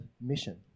mission